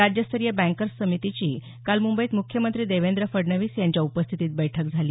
राज्यस्तरीय बँकर्स समितीची काल मुंबईत मुख्यमंत्री देवेंद्र फडणवीस यांच्या उपस्थितीत बैठक झाली